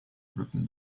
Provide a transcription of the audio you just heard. written